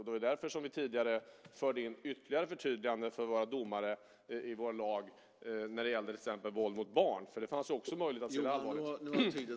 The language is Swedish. Det är därför som vi tidigare förde in ytterligare förtydliganden för våra domare i vår lag när det gäller till exempel våld mot barn.